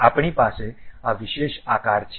આપણી પાસે આ વિશેષ આકાર છે